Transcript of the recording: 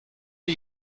are